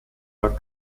der